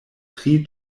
tri